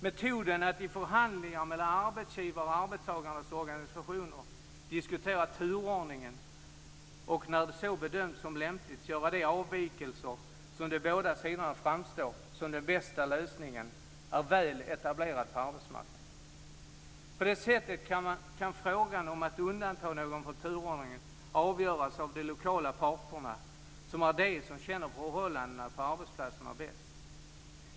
Metoden att i förhandlingar mellan arbetsgivare och arbetstagarnas organisationer diskutera turordningen, och när så bedöms som lämpligt göra de avvikelser som för båda sidor framstår som den bästa lösningen, är väl etablerad på arbetsmarknaden. På det sättet kan frågan om att undanta någon från turordningen avgöras av de lokala parterna som är de som känner förhållandena på arbetsplatsen bäst.